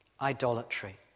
idolatry